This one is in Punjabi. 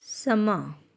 ਸਮਾਂ